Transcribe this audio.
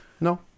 No